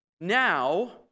now